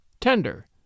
tender